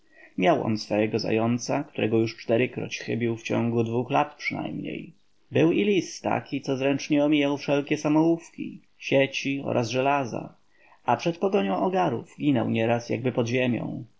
on swojego zająca którego już czterykroć chybił w ciągu dwóch lat przynajmniej był i lis taki co zręcznie omijał wszelkie samołówki sieci oraz żelaza a przed pogonią ogarów ginął nieraz jakby pod ziemią